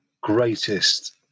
greatest